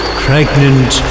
pregnant